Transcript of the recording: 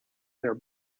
their